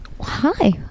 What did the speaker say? hi